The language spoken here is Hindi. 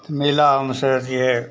तो मेले में सर ऐसी है